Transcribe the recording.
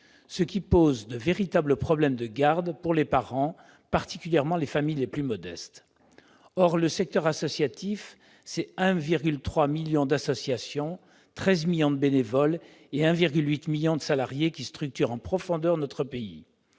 pose de véritables problèmes de garde pour les parents, particulièrement dans les familles les plus modestes. Or, le secteur associatif, c'est 1,3 million d'associations, 13 millions de bénévoles et 1,8 million de salariés qui structurent en profondeur notre pays